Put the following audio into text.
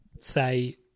say